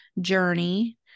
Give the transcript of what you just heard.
journey